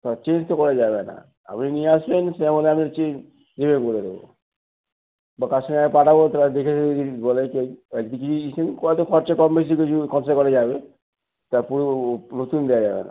তা চেঞ্জ তো করা যাবে না আপনি নিয়ে আসেন সে আমরা চে রিপেয়ার করে দেব বা কাস্টমারে পাঠাবো ওরা দেখে যদি কিছু বলে তো খরচা কম বেশি কিছু খরচা করা যাবে তার তা পুরো নতুন দেওয়া যাবে না